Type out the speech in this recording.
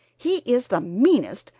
he is the meanest,